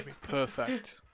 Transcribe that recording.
Perfect